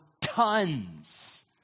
tons